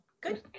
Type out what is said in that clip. good